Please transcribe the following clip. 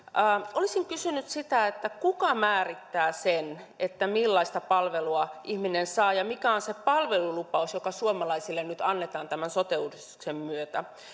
olisin kysynyt kuka määrittää sen millaista palvelua ihminen saa ja mikä on se palvelulupaus joka suomalaisille nyt annetaan tämän sote uudistuksen myötä